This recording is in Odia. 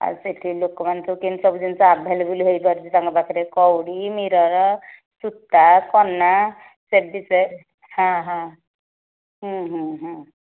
ଆଉ ସେଠି ଲୋକମାନେ ସବୁ କେମିତି ସବୁ ଜିନିଷ ଆଭେଲେବଲ୍ ହୋଇପାରୁଛି ତାଙ୍କ ପାଖରେ କଉଡ଼ି ମିରର୍ ସୂତା କନା ସେ ବିଷୟରେ ହଁ ହଁ ହୁଁ ହୁଁ ହୁଁ